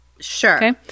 Sure